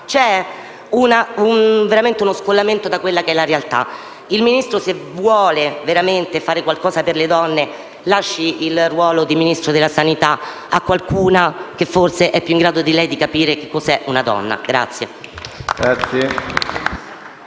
c'è veramente uno scollamento dalla realtà. Se la Lorenzin vuole veramente fare qualcosa per le donne, lasci il ruolo di Ministro della salute a qualcuna che forse è più in grado di lei di capire cos'è una donna.